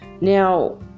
Now